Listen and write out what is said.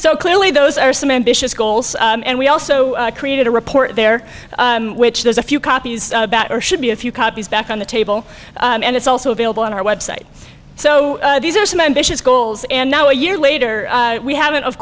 so clearly those are some ambitious goals and we also created a report there which there's a few copies or should be a few copies back on the table and it's also available on our website so these are some ambitious goals and now a year later we haven't of